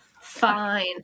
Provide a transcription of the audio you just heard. Fine